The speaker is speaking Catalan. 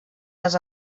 les